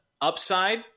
upside